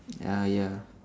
ah ya